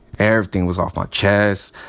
everything was off my chest.